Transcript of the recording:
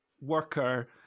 worker